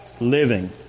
living